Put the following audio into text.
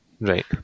Right